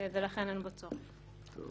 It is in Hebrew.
ולכן אין בו צורך.